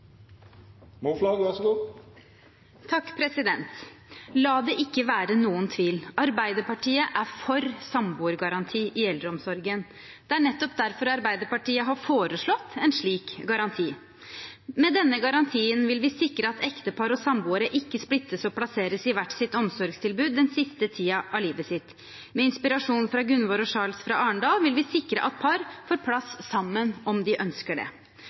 for samboergaranti i eldreomsorgen. Det er nettopp derfor Arbeiderpartiet har foreslått en slik garanti. Med denne garantien vil vi sikre at ektepar og samboere ikke splittes og plasseres i hvert sitt omsorgstilbud den siste tiden av livet sitt. Med inspirasjon fra Gunvor og Charles fra Arendal vil vi sikre at par får plass sammen, om de ønsker det.